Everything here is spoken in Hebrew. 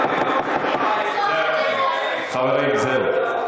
חברים, זהו.